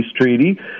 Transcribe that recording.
treaty